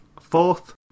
fourth